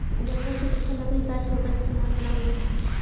जंगल के सुखल लकड़ी काट के ओकरा से सामान बनावल जाता